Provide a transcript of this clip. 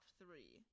three